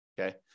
okay